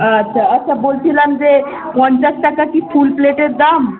আচ্ছা আচ্ছা বলছিলাম যে পঞ্চাশ টাকা কি ফুল প্লেটের দাম